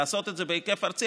לעשות את זה בהיקף ארצי,